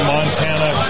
Montana